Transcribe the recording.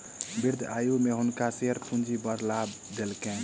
वृद्ध आयु में हुनका शेयर पूंजी बड़ लाभ देलकैन